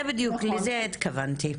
לזה התכוונתי.